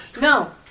no